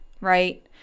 right